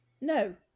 No